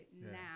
now